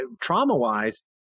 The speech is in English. trauma-wise